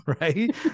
right